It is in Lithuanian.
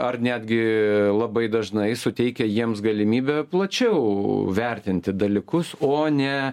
ar netgi labai dažnai suteikia jiems galimybę plačiau vertinti dalykus o ne